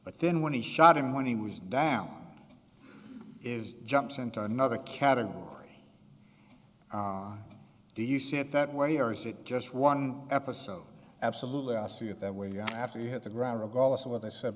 but then when he shot him when he was down is jumps into another category do you see it that way or is it just one episode absolutely i see it that way you have to hit the ground regardless of what i said